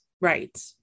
Right